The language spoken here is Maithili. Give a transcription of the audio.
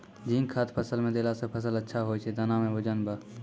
जिंक खाद फ़सल मे देला से फ़सल अच्छा होय छै दाना मे वजन ब